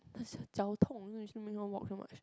because 他脚痛 then still make her walk so much